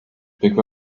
pick